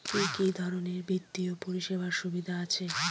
কি কি ধরনের বিত্তীয় পরিষেবার সুবিধা আছে?